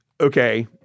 okay